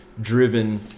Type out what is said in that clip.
driven